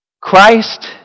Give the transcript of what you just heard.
Christ